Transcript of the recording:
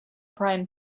prime